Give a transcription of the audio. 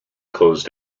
closed